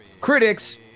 Critics